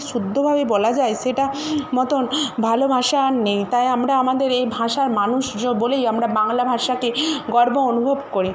শুদ্ধভাবে বলা যায় সেটা মতন ভালো ভাষা আর নেই তাই আমরা আমাদের এই ভাষার মানুষ জ বলেই আমরা বাংলা ভাষাকে গর্ব অনুভব করি